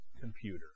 computer